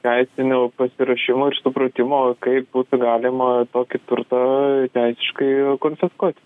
teisinio pasiruošimo ir supratimo kaip būtų galima tokį turtą teisiškai konfiskuoti